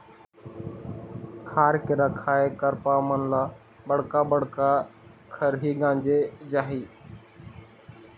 खार के रखाए करपा मन ल बड़का बड़का खरही गांजे जाही